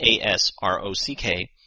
A-S-R-O-C-K